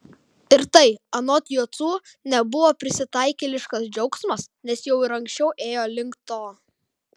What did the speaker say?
ir tai anot jocų nebuvo prisitaikėliškas džiaugsmas nes jau ir anksčiau ėjo link to